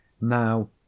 now